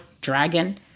dragon